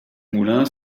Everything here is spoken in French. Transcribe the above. moulin